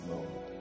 Lord